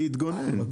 להתגונן.